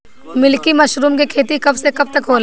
Milky mushroom के खेती कब से कब तक होला?